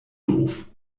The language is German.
doof